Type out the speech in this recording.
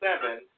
seven